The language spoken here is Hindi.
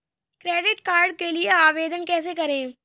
क्रेडिट कार्ड के लिए आवेदन कैसे करें?